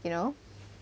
you know